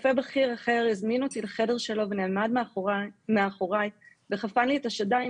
רופא בכיר אחר הזמין אותי לחדר שלו ונעמד מאחוריי וחפן לי את השדיים,